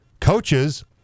coaches